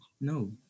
No